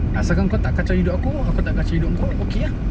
asalkan kau tak kacau hidup aku aku tak kacau hidup engkau okay ah